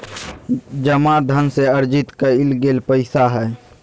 जमा धन से अर्जित कइल गेल पैसा हइ